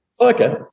Okay